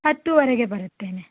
ಹತ್ತುವರೆಗೆ ಬರುತ್ತೇನೆ